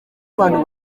abantu